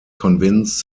convinced